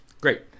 Great